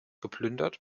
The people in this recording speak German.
geplündert